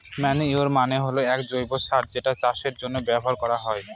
manure মানে হল এক জৈব সার যেটা চাষের জন্য ব্যবহার করা হয়